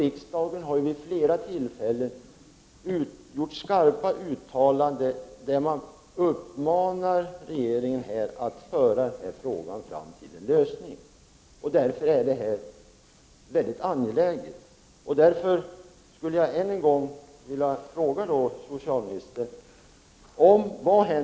Riksdagen har vid flera tillfällen gjort skarpa uttalanden, där man har uppmanat regeringen att föra frågan fram till en lösning.